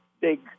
big